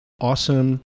awesome